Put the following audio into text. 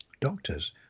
doctors